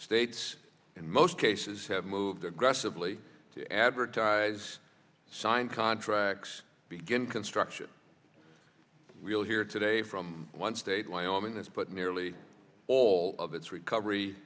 states in most cases have moved aggressively to advertize sign contracts begin construction we'll hear today from one state wyoming this but nearly all of its recovery